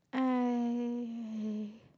I